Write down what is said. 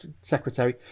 secretary